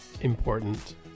important